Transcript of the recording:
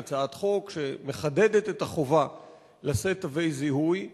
קידמנו פה הצעת חוק שמחדדת את החובה לשאת תגי זיהוי,